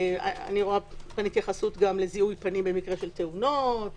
אני רואה התייחסות גם לזיהוי פנים במקרה של תאונות.